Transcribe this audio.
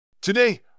Today